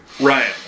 Ryan